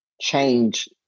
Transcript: change